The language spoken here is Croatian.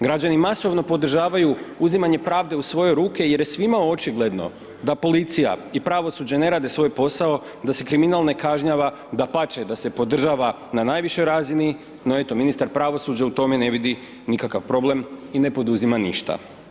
Građani masovno podržavaju uzimanje pravde u svoje ruke jer je svima očigledno da policija i pravosuđe ne rade svoj posao, da se kriminal ne kažnjava, dapače, da se podržava na najvišoj razini, no eto ministar pravosuđa u tome ne vidi nikakav problem i ne poduzima ništa.